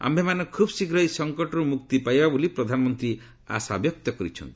ଆୟେମାନେ ଖୁବ୍ଶୀଘ୍ର ଏହି ସଙ୍କଟରୁ ମୁକ୍ତି ପାଇବା ବୋଲି ପ୍ରଧାନମନ୍ତ୍ରୀ ଆଶାବ୍ୟକ୍ତ କରିଛନ୍ତି